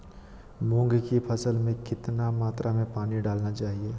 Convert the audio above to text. मूंग की फसल में कितना मात्रा में पानी डालना चाहिए?